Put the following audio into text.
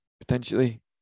potentially